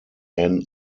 anne